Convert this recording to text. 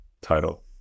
title